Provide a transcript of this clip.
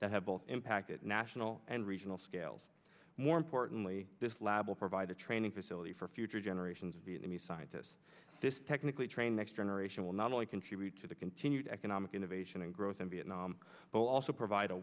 have impacted national and regional scales more importantly this lab will provide a training facility for future generations of vietnamese scientists this technically trained next generation will not only contribute to the continued economic innovation and growth in vietnam but also provide a